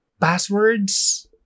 passwords